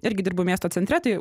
irgi dirbu miesto centre tai